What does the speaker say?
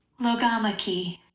Logamaki